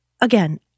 again